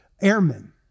airmen